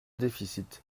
déficit